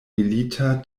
milita